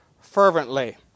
fervently